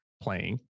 playing